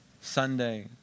Sunday